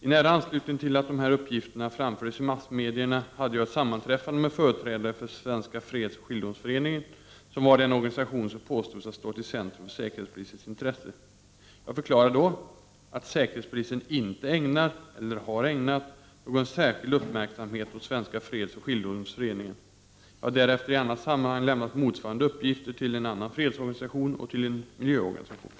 I nära anslutning till att de här uppgifterna framfördes i massmedierna hade jag ett sammanträffande med företrädare för Svenska fredsoch skiljedomsföreningen, som var den organisation som påstods ha stått i centrum för säkerhetspolisens intresse. Jag förklarade då att säkerhetspolisen inte ägnar — eller har ägnat — någon särskild uppmärksamhet åt Svenska fredsoch skiljedomsföreningen. Jag har därefter i annat sammanhang lämnat motsvarande uppgifter till en annan fredsorganisation och till en miljöorga nisation.